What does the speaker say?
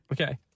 Okay